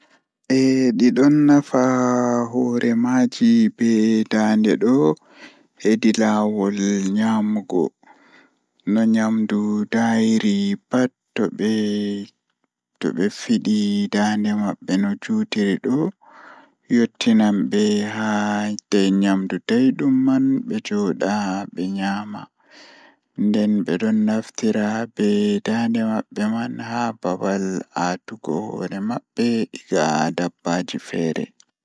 Koɓe tagi haa duniyaaru jei ɓuri E njaatigi maɓɓe e no waɗi ko jooɗaade ngoodaaɗi, kono ngoodi heen walla jogii cuɗii, hitaan tawii ndon waɗi ngooru ngam haɓɓude ngelnaange e nder yeeso. Si tawii ngoodi waɗaa roƴɓe kanko e waɗde waɗitugol goonga, ko maa ngoodi ɓuri jooni walla waɗtu jogiraa goonga. Konngol fawru e ɗo doole jooɗa ko si maƴii ngoodi goɗɗe nguurndal.